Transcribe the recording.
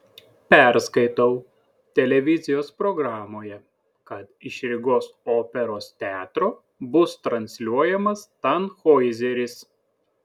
perskaitau televizijos programoje kad iš rygos operos teatro bus transliuojamas tanhoizeris